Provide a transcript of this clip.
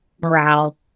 morale